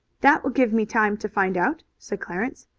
that will give me time to find out, said clarence.